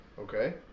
Okay